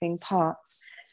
parts